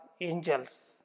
angels